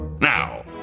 Now